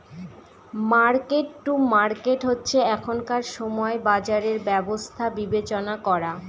market to market হচ্ছে এখনকার সময় বাজারের ব্যবস্থা বিবেচনা করা